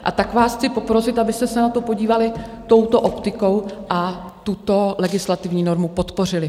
A tak vás chci poprosit, abyste se na to podívali touto optikou a tuto legislativní normu podpořili.